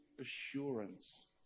assurance